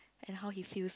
and how he feels